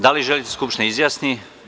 Da li želite da se Skupština izjasni?